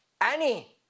Annie